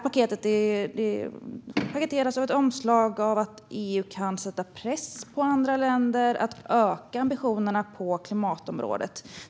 Avgifterna paketeras i ett omslag av att EU kan sätta press på andra länder att öka ambitionerna på klimatområdet.